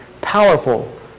powerful